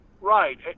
Right